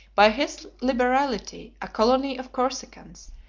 by his liberality, a colony of corsicans,